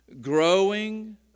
growing